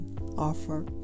offer